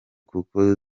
kuko